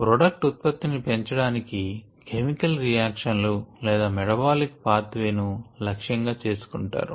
product ఉత్పత్తి పెంచడానికి chemical reaction లు లేదా మెటబాలిక్ పాత్ వే ను లక్ష్యం గా చేసుకుంటారు